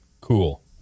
cool